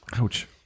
Ouch